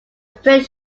print